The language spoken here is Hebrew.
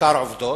בעיקר עובדות,